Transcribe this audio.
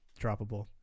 droppable